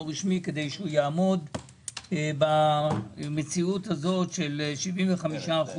רשמי כדי שיעמוד במציאות הזו של 75% תקצוב.